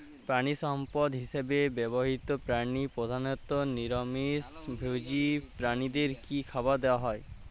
প্রাণিসম্পদ হিসেবে ব্যবহৃত প্রাণী প্রধানত নিরামিষ ভোজী প্রাণীদের কী খাবার দেয়া হয়?